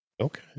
Okay